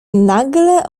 nagle